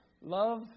love